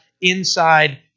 inside